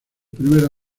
primera